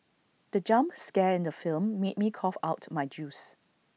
the jump scare in the film made me cough out my juice